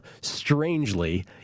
strangely